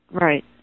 Right